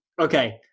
Okay